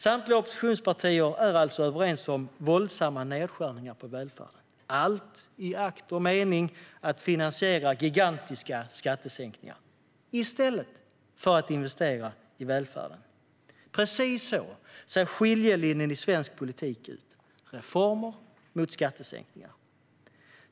Samtliga oppositionspartier är alltså överens om våldsamma nedskärningar på välfärden, allt i akt och mening att finansiera gigantiska skattesänkningar i stället för att investera i välfärden. Precis så ser skiljelinjen i svensk politik ut: reformer mot skattesänkningar.